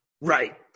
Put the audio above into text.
Right